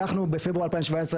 היחידה הוקמה בפברואר 2017,